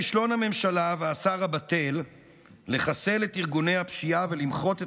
כישלון הממשלה ושר הבט"ל לחסל את ארגוני הפשיעה ולמחות את